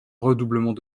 redoublement